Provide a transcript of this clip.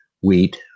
wheat